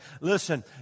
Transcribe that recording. Listen